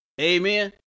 Amen